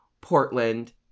Portland